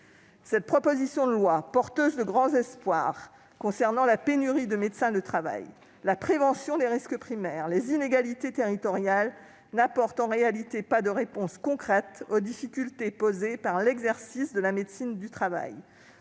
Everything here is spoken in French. Cette proposition de loi, porteuse de grands espoirs concernant la pénurie de médecins du travail, la prévention des risques primaires et la lutte contre les inégalités territoriales, n'apporte en réalité pas de réponse concrète aux difficultés posées par l'exercice de la médecine du travail.